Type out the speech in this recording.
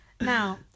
Now